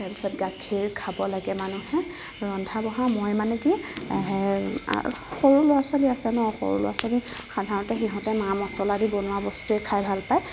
তাৰপিছত গাখীৰ খাব লাগে মানুহে ৰন্ধা বঢ়া মই মানে কি সৰু ল'ৰা ছোৱালী আছে ন সৰু ল'ৰা ছোৱালী সাধাৰণতে সিহঁতে মা মছলা দি বনোৱা বস্তুৱে খাই ভাল পায়